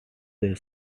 their